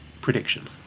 prediction